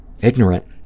ignorant